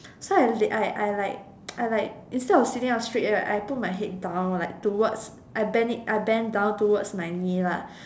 so I laid I I like I like instead of sitting up straight right I put my head down like towards I bend it I bent down towards my knee lah